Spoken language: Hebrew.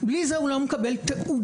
ובלי זה הוא לא מקבל תעודה.